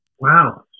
wow